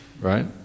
right